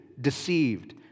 deceived